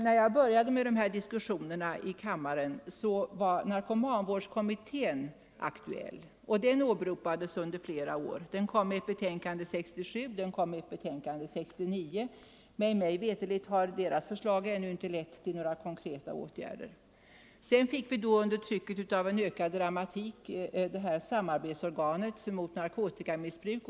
När jag började med de här diskussionerna i kammaren var narkomanvårdskommittén aktuell. Den åberopades un 35 der flera år. Den kom med ett betänkande 1967 och ett 1969, men mig veterligt har dess förslag ännu inte lett till några konkreta åtgärder. Sedan fick vi under trycket av en ökad dramatik samarbetsorganet mot narkotikamissbruk.